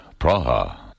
Praha